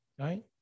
right